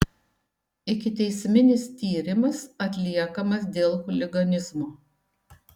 ikiteisminis tyrimas atliekamas dėl chuliganizmo